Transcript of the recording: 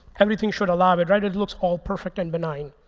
everything should allow it, right? it looks all perfect and benign.